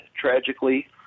tragically